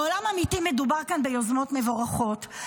בעולם אמיתי מדובר כאן ביוזמות מבורכות,